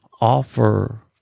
offer